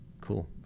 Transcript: Cool